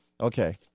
Okay